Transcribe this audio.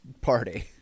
party